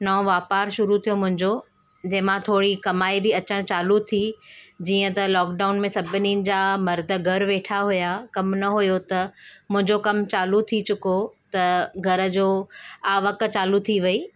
नओं वापारु शुरु थियो मुंहिंजो जंहिंमां थोरी कमाई बि अचण चालू थी जीअं त लॉकडाउन में सभिनी जा मर्द घरि वेठा हुआ कमु न हुओ त मुंहिंजो कमु चालू थी चुको त घर जी आवक चालू थी वई